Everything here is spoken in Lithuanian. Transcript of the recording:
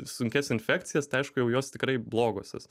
sunkias infekcijas tai aišku jau jos tikrai blogosios